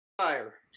fire